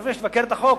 לפני שתבקר את החוק,